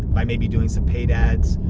by maybe doing some paid ads.